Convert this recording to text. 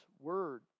Word